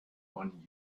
one